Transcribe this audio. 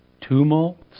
tumults